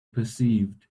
perceived